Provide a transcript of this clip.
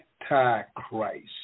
Antichrist